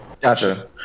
gotcha